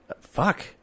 Fuck